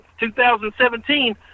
2017